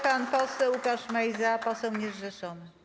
Pan poseł Łukasz Mejza, poseł niezrzeszony.